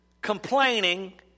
complaining